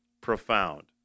profound